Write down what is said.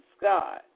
God